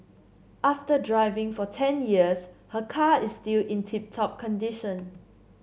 after driving for ten years her car is still in tip top condition